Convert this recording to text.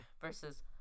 versus